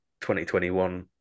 2021